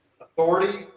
authority